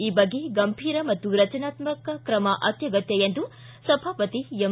ಈ ಬಗ್ಗೆ ಗಂಭೀರ ಮತ್ತು ರಚನಾತ್ಮಕ ಕ್ರಮ ಅತ್ಯಗತ್ಯ ಎಂದು ಸಭಾಪತಿ ಎಂ